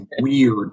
weird